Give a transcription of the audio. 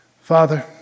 Father